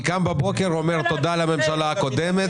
אני קם בבוקר ואומר תודה לממשלה הקודמת.